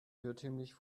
irrtümlich